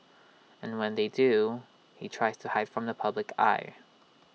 and when they do he tries to hide from the public eye